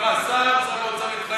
כך שר האוצר התחייב.